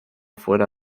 fuera